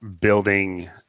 building